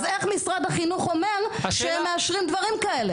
אז איך משרד החינוך אומר שהם מאשרים דברים כאלה?